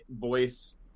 voice